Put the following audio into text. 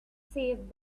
saved